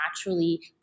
naturally